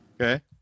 Okay